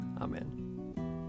Amen